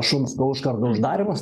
šumsko užkardų uždarymus